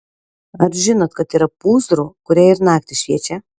ar žinot kad yra pūzrų kurie ir naktį šviečia